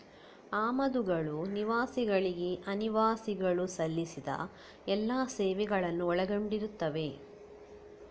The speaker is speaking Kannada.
ಆಮದುಗಳು ನಿವಾಸಿಗಳಿಗೆ ಅನಿವಾಸಿಗಳು ಸಲ್ಲಿಸಿದ ಎಲ್ಲಾ ಸೇವೆಗಳನ್ನು ಒಳಗೊಂಡಿರುತ್ತವೆ